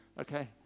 okay